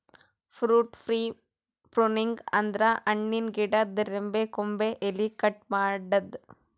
fruit tree pruning ಅಂದ್ರ ಹಣ್ಣಿನ್ ಗಿಡದ್ ರೆಂಬೆ ಕೊಂಬೆ ಎಲಿ ಕಟ್ ಮಾಡದ್ದ್